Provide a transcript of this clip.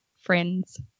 friends